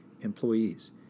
employees